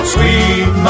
Sweet